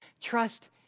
Trust